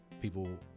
people